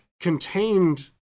contained